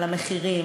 על המחירים,